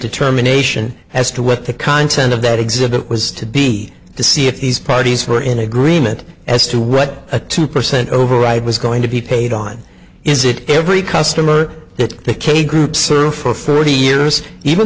determination as to what the content of that exhibit was to be to see if these parties were in agreement as to what a two percent override was going to be paid on is it every customer that take a group's earth for thirty years even